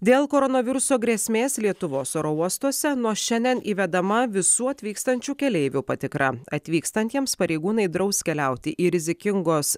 dėl koronaviruso grėsmės lietuvos oro uostuose nuo šiandien įvedama visų atvykstančių keleivių patikra atvykstantiems pareigūnai draus keliauti į rizikingos